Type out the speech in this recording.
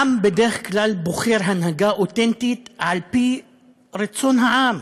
העם בדרך כלל בוחר הנהגה אותנטית, על-פי רצון העם,